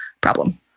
problem